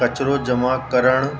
कचिरो जमा करणु